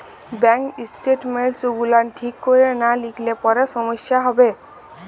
bank statements গুলান ঠিক ক্যরে লা লিখলে পারে সমস্যা হ্যবে